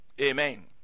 Amen